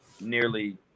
nearly